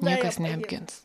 niekas neapgins